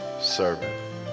servant